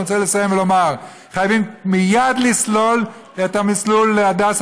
אני רוצה לסיים ולומר: חייבים מייד לסלול את המסלול להדסה,